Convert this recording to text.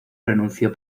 renunció